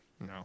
No